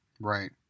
Right